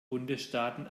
bundesstaaten